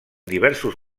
diversos